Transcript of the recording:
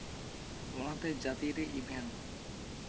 ᱚᱱᱟᱛᱮ ᱡᱟᱹᱛᱤᱭᱟᱨᱤ ᱤᱵᱷᱮᱱᱴ